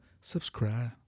subscribe